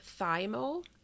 Thymol